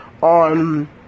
On